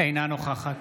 אינה נוכחת